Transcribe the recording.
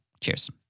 Cheers